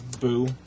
Boo